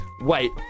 Wait